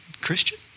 Christian